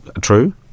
true